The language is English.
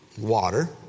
water